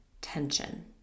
tension